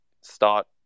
start